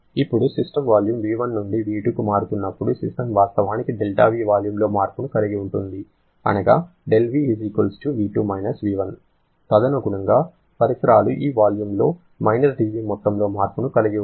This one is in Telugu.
ఇప్పుడు సిస్టమ్ వాల్యూమ్ V1 నుండి V2 కి మారుతున్నప్పుడు సిస్టమ్ వాస్తవానికి δV వాల్యూమ్లో మార్పును కలిగి ఉంటుంది అనగా δV V2 − V1 తదనుగుణంగా పరిసరాలు కూడా ఈ వాల్యూమ్లో − δV మొత్తంలో మార్పును కలిగి ఉంటాయి